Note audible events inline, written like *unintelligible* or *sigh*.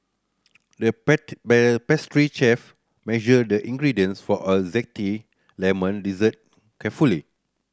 the *unintelligible* pastry chef measured the ingredients for a zesty lemon dessert carefully